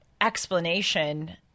explanation